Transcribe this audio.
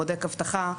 בודק אבטחה,